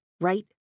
right